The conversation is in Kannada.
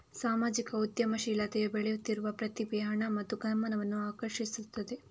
ಸಾಮಾಜಿಕ ಉದ್ಯಮಶೀಲತೆಯು ಬೆಳೆಯುತ್ತಿರುವ ಪ್ರತಿಭೆ, ಹಣ ಮತ್ತು ಗಮನವನ್ನು ಆಕರ್ಷಿಸುತ್ತಿದೆ